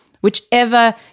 whichever